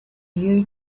you